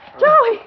Joey